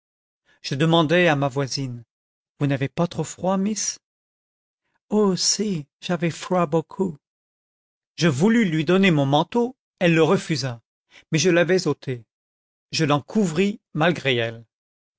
je demandai à ma voisine vous n'avez pas trop froid miss oh si j'avé froid beaucoup je voulus lui donner mon manteau elle le refusa mais je l'avais ôté je l'en couvris malgré elle